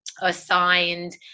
assigned